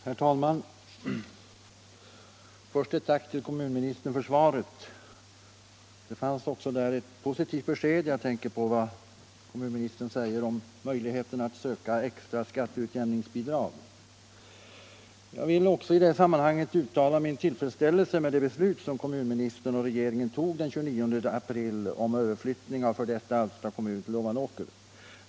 Herr talman! Först ett tack till kommunministern för svaret. Det fanns ett positivt besked där. Jag tänker på vad kommunministern säger om möjligheterna att söka extra skatteutjämningsbidrag. Jag vill också i sammanhanget uttala min tillfredsställelse över det beslut som kommunministern och regeringen tog den 29 april om överföring av f.d. Alfta kommun till Ovanåkers kommun.